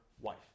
wife